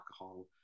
alcohol